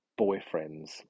boyfriends